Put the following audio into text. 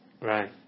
Right